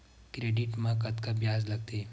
Credit मा कतका ब्याज लगथे?